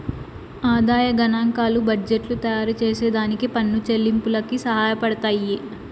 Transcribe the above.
ఆదాయ గనాంకాలు బడ్జెట్టు తయారుచేసే దానికి పన్ను చెల్లింపులకి సహాయపడతయ్యి